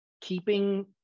keeping